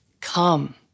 come